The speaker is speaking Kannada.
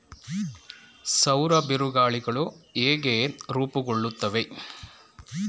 ಸೌರ ಬಿರುಗಾಳಿಗಳು ಹೇಗೆ ರೂಪುಗೊಳ್ಳುತ್ತವೆ?